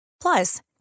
Plus